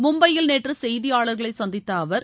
மும்பையில் நேற்று செய்தியாளர்களை சந்தித்த அவர்